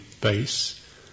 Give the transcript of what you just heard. base